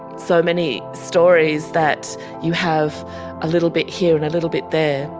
so many stories that you have a little bit here and a little bit there,